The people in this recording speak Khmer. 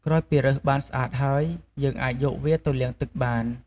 ក្រោយពីរើសបានស្អាតហើយ យើងអាចយកវាទៅលាងទឹកបាន។